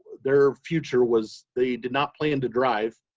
their future was, they did not plan to drive.